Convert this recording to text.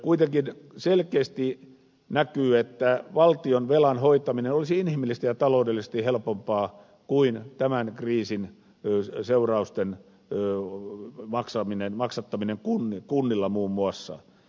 kuitenkin selkeästi näkyy että valtionvelan hoitaminen olisi inhimillisesti ja taloudellisesti helpompaa kuin tämän kriisin seurausten maksattaminen kunnilla muun muassa